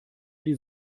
die